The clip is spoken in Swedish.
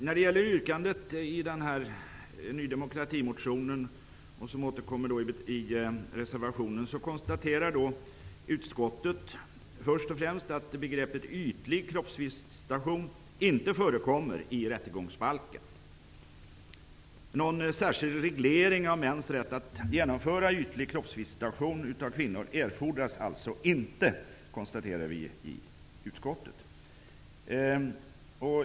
När det gäller yrkandet i Ny demokratis motion som återkommer i reservationen, konstaterar utskottet först och främst att begreppet ytlig kroppsvisitation inte förekommer i rättegångsbalken. Någon särskild reglering av mäns rätt att genomföra ytlig kroppsvisitation av kvinnor erfordras alltså inte, konstaterade vi i utskottet.